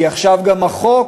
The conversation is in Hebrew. כי עכשיו גם החוק